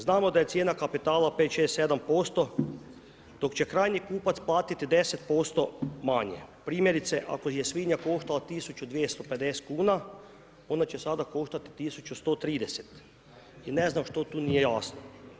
Znamo da je cijena kapitala, 5, 6, 7 posto dok će krajnji kupac platiti 10% manje, primjerice, ako je svinja koštala 1250 kn, onda će sada koštati 1130 i ne znam što tu nije jasno.